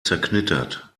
zerknittert